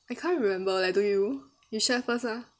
I can't remember like do you you share first lah